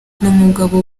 umugabo